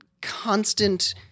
constant